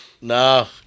No